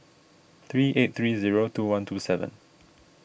three eight three zero two one two seven